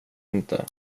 inte